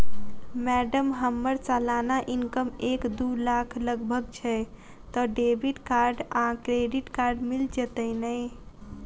Madam हम्मर सलाना income एक दु लाख लगभग छैय तऽ डेबिट कार्ड आ क्रेडिट कार्ड मिल जतैई नै?